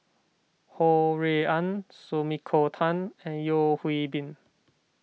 Ho Rui An Sumiko Tan and Yeo Hwee Bin